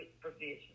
provision